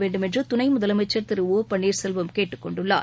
வேண்டுமென்று துணை முதலமைச்சர் திரு ஒ பன்னீர்செல்வம் கேட்டுக் கொள்ள கொண்டுள்ளார்